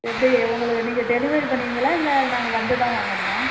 எப்படி உங்களுக்கு நீங்கள் டெலிவரி பண்ணிவிடுவீங்களா இல்லை நாங்கள் வந்து தான் வாங்கணுமா